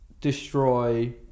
destroy